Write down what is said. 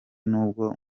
nubwo